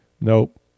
Nope